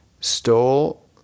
stole